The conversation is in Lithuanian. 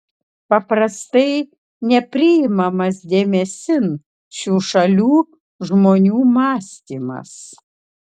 paprastai nepriimamas dėmesin šių šalių žmonių mąstymas